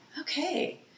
Okay